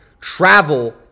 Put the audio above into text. travel